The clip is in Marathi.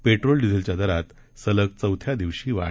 पेट्रोल डिझेलच्या दरात सलग चौथ्या दिवशी वाढ